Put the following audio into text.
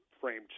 framed